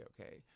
okay